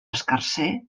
escarser